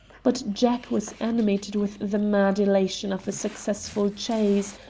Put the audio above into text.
but jack was animated with the mad elation of a successful chase,